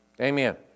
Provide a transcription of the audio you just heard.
Amen